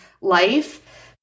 life